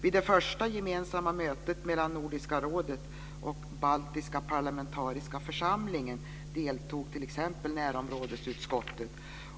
Vid det första gemensamma mötet mellan Nordiska rådet och närområdesutskottet.